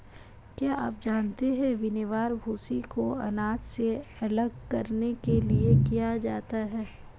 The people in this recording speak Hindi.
क्या आप जानते है विनोवर, भूंसी को अनाज से अलग करने के लिए किया जाता है?